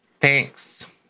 thanks